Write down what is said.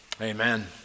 Amen